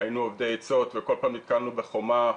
אובדי עצות וכל פעם נתקלנו בחומה,